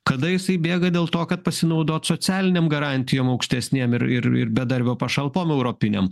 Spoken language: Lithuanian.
kada jisai bėga dėl to kad pasinaudot socialinėm garantijom aukštesnėm ir ir ir bedarbio pašalpom europinėm